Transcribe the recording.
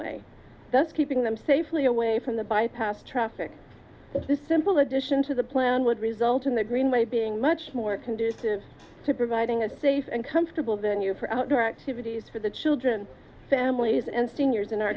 greenway thus keeping them safely away from the bypass traffic but this simple addition to the plan would result in the greenway being much more conducive to providing a safe and comfortable venue for outdoor activities for the children families and seniors in our